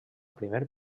primer